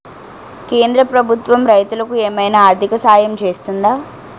కేంద్ర ప్రభుత్వం రైతులకు ఏమైనా ఆర్థిక సాయం చేస్తుందా?